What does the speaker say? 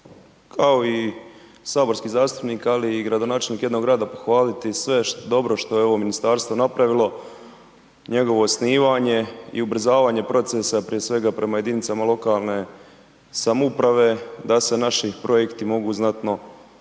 kao i saborski zastupnik, ali i gradonačelnik jednog grada, pohvaliti sve dobro što je ovo ministarstvo napravilo, njegovo osnivanje i ubrzavanje procesa prije svega prema jedinicama lokalne samouprave da se naši projekti mogu znatno brže